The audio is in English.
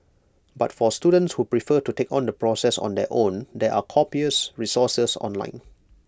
but for students who prefer to take on the process on their own there are copious resources online